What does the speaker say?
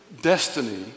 destiny